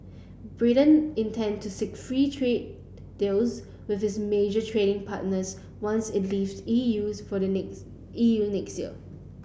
Britain intend to seek free trade deals with its major trading partners once it leaves E U S for the next E U next year